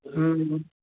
ம்